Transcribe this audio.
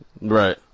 right